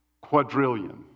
Quadrillion